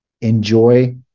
enjoy